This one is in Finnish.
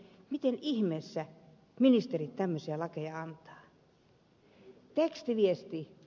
miten ihmeessä ministerit tämmöisiä lakeja antavat